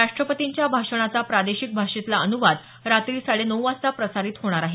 राष्ट्रपतींच्या भाषणाचा प्रादेशिक भाषेतला अनुवाद रात्री साडे नऊ वाजता प्रसारित होणार आहे